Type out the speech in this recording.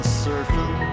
surfing